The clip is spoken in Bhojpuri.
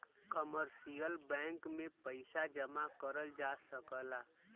कमर्शियल बैंक में पइसा जमा करल जा सकला